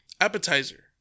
appetizer